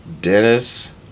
Dennis